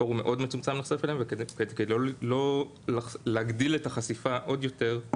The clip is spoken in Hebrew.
פורום מצומצם מאוד נחשף אליהם וכדי לא להגדיל את החשיפה עוד יותר,